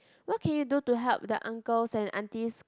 what can you do to help the uncles and aunties